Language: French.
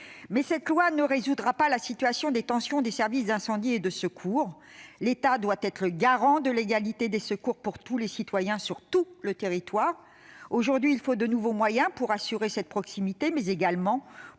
Mais cette loi ne résoudra pas la situation de tension des services d'incendie et de secours. L'État doit être le garant de l'égalité des secours pour tous les citoyens, sur tout le territoire. Aujourd'hui, il faut de nouveaux moyens pour assurer cette proximité, mais également pour